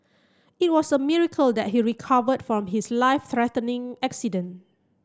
it was a miracle that he recovered from his life threatening accident